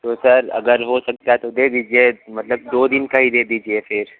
तो सर अगर हो सकता है तो दे दीजिए मतलब दो दिन का ही दे दीजिए फिर